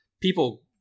People